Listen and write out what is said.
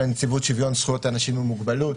נציבות שוויון זכויות לאנשים עם מוגבלות,